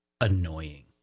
annoying